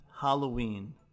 Halloween